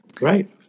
Right